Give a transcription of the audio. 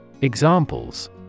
Examples